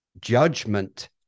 Judgment